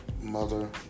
mother